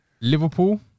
Liverpool